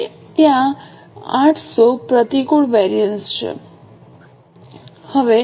તેથી ત્યાં 800 પ્રતિકૂળ વેરિએન્સ છે